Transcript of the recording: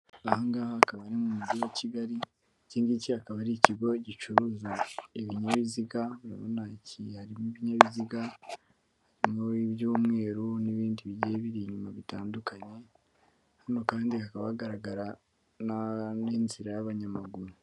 Ahangaha akaba ari mu mujyi wa Kigali. Iki ngicyi akaba ari ikigo gicuruza ibinyabiziga, urabonamo iki harimo ibinyabiziga harimo iby'umweru n'ibindi biri inyuma bitandukanye. Hano kandi hakaba hagaragara n'inzira y'abanyamaguru.